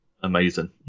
amazing